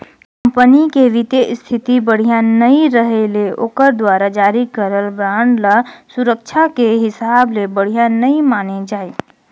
company के बित्तीय इस्थिति बड़िहा नइ रहें ले ओखर दुवारा जारी करल बांड ल सुरक्छा के हिसाब ले बढ़िया नइ माने जाए